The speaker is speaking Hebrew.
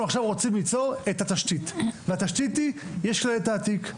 אנחנו עכשיו רוצים ליצור את התשתית והתשתית היא שיש תעתיק.